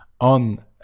on